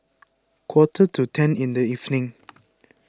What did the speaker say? quarter to ten in the evening